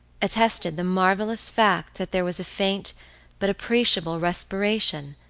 attested the marvelous fact that there was a faint but appreciable respiration,